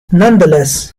nonetheless